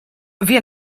via